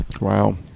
Wow